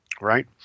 right